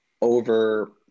over